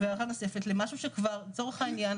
למשהו שכבר לצורך העניין,